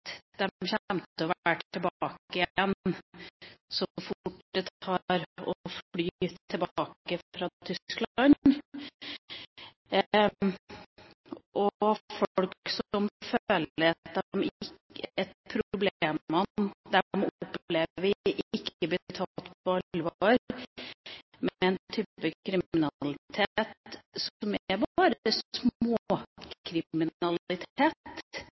være tilbake igjen så fort det tar å fly tilbake fra Tyskland, og folk som føler at problemene de opplever, ikke blir tatt på alvor, at det bare er småkriminalitet, men det er en type kriminalitet som